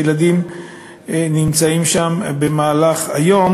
ילדים נמצאים שם במהלך היום,